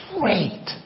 great